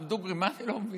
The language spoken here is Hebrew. דוגרי, מה אני לא מבין?